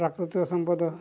ପ୍ରାକୃତିକ ସମ୍ପଦ